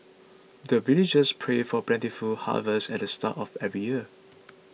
the villagers pray for plentiful harvest at the start of every year